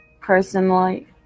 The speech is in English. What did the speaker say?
personally